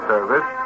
Service